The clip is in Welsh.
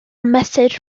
mesur